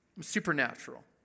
supernatural